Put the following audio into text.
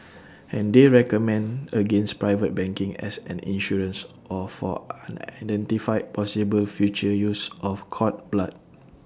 and they recommend against private banking as an insurance or for unidentified possible future use of cord blood